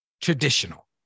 traditional